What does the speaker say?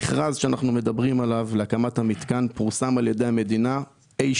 המכרז שאנחנו מדברים עליו להקמת המתקן פורסם על ידי המדינה אי